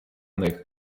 них